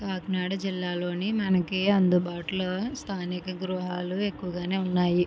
కాకినాడ జిల్లాలోని మనకి అందుబాటులో స్థానిక గృహలు ఎక్కువగానే ఉన్నాయి